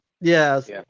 Yes